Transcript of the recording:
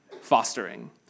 fostering